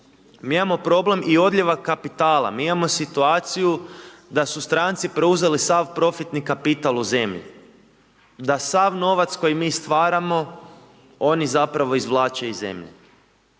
mi imamo problem i odljeva kapitala, mi imamo situaciju da su stranci preuzeli sav profitni kapital u zemlji, da sav novac koji mi stvaramo, oni zapravo izvlače iz zemlje.